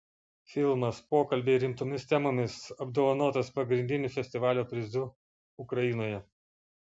filmas pokalbiai rimtomis temomis apdovanotas pagrindiniu festivalio prizu ukrainoje